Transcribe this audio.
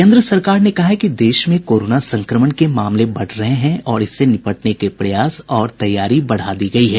केन्द्र सरकार ने कहा है कि देश में कोरोना संक्रमण के मामले बढ़ रहे हैं और इससे निपटने के प्रयास और तैयारी बढ़ा दी गई है